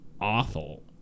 awful